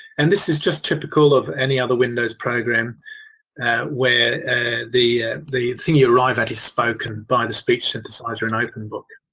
and this is just typical of any other windows program where the the thing you arrive at is spoken by the speech synthesiser in openbook.